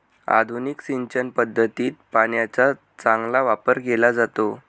आधुनिक सिंचन पद्धतीत पाण्याचा चांगला वापर केला जातो